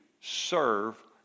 serve